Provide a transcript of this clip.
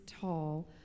tall